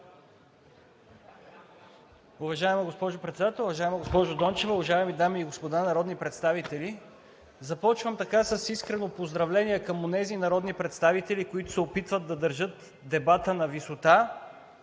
Уважаема госпожо Председател, уважаема госпожо Дончева, уважаеми дами и господа народни представители! Започвам с искрено поздравление към онези народни представители, които се опитват да държат дебата на висота